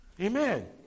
Amen